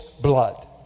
blood